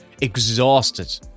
exhausted